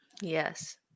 Yes